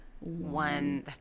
one